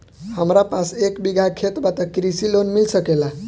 हमरा पास एक बिगहा खेत बा त कृषि लोन मिल सकेला?